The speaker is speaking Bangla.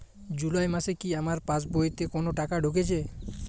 জুলাই মাসে কি আমার পাসবইতে কোনো টাকা ঢুকেছে?